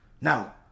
Now